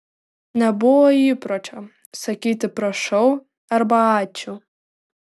nebuvo įpročio sakyti prašau arba ačiū